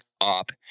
up